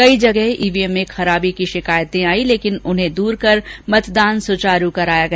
कई जगह ईवीएम में खराबी की शिकायतें आई लेकिन उन्हें दूर कर मतदान सुचारू कराया गया